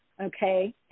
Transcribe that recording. okay